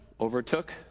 overtook